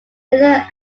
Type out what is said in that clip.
miller